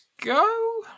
go